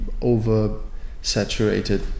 over-saturated